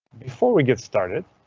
before we get started.